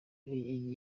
hari